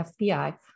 FBI